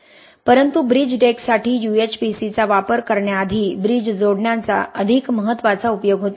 परंतु ब्रिज डेकसाठी UHPC चा वापर करण्याआधी ब्रिज जोडण्यांचा अधिक महत्त्वाचा उपयोग होता